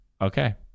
Okay